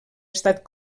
estat